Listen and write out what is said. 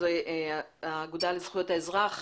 בלי תיעוד של האזרחים,